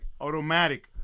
automatic